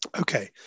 Okay